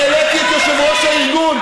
העליתי את יושב-ראש הארגון.